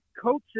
coaches